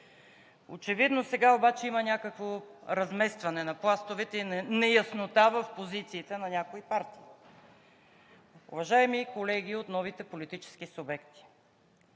Очевидно сега обаче има някакво разместване на пластовете и неяснота в позициите на някои партии. Уважаеми колеги от новите политически субекти,